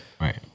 Right